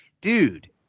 dude